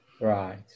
right